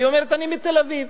והיא אומרת: אני מתל-אביב.